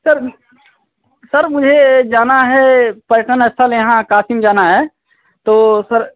sir sir मुझे जाना है पर्यटन स्थल यहाँ काशी में जाना है तो सर